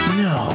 no